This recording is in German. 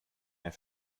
mehr